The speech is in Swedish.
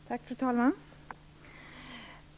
Fru talman!